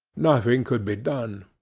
nothing could be done.